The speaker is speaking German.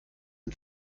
ein